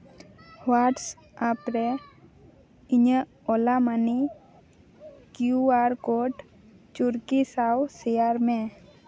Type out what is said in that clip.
WhatsApp ᱨᱮ ᱤᱧᱟᱹᱜ ᱳᱞᱟ ᱢᱟᱹᱱᱤ ᱠᱤᱭᱩ ᱟᱨ ᱠᱳᱰ ᱪᱩᱲᱠᱤ ᱥᱟᱶ ᱥᱮᱭᱟᱨ ᱢᱮ